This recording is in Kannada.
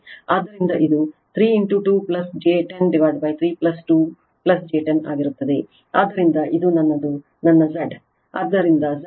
ಆದ್ದರಿಂದ ಇದು ಕಾಂಚು ಗೇಟ್ ಆಗಿರುತ್ತದೆ ಆದ್ದರಿಂದ ಇದು 2